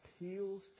appeals